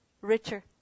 richer